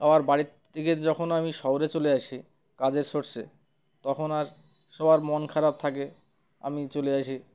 আবার বাড়ির থেকে যখন আমি শহরে চলে আসি কাজের সোর্সে তখন আর সবার মন খারাপ থাকে আমি চলে আসি